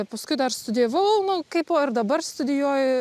paskui dar studijavau nu kaipo ir dabar studijuoju